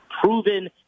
proven